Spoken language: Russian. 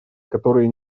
которые